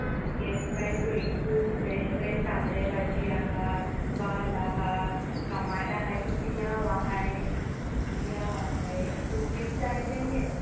आमगे बाय चोय तूं फ्रेश फ्रेश तांबडे भाजी आहा वाल आहा टोमाटां आहाय पियांव आहाय पियांव आहाय तूं कित जाय तें घे